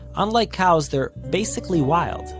unlike cows, they're basically wild,